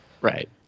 Right